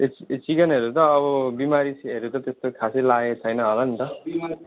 यो यो सिजनहरू त अब बिमारीहरू त त्यस्तो खासै लागेको छैन होला नि त